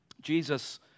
Jesus